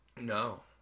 No